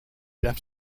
deaf